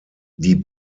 die